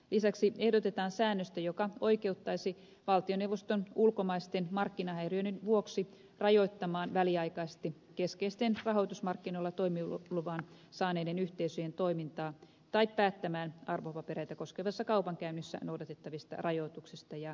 lisäksi ehdotetaan säännöstä joka oikeuttaisi valtioneuvoston ulkomaisten markkinahäiriöiden vuoksi rajoittamaan väliaikaisesti keskeisten rahoitusmarkkinoilla toimiluvan saaneiden yhteisöjen toimintaa tai päättämään arvopapereita koskevassa kaupankäynnissä noudatettavista rajoituksista ja kielloista